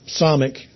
psalmic